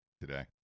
today